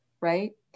right